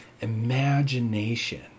imagination